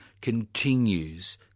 continues